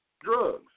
Drugs